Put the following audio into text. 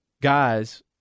guys